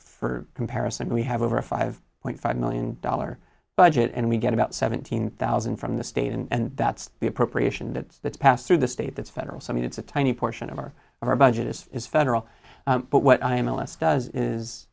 for comparison we have over a five point five million dollar budget and we get about seventeen thousand from the state and that's the appropriation that gets passed through the state that's federal so i mean it's a tiny portion of our of our budget is federal but what i am less does is